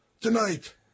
tonight